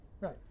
Right